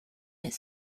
its